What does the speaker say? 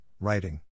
writing